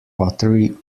pottery